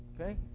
Okay